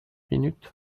minutes